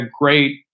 great